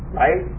right